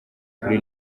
kuri